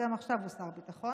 וגם עכשיו הוא שר ביטחון,